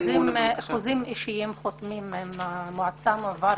חוזים אישיים חותמים עם המועצה וזה מועבר